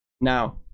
Now